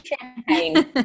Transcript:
champagne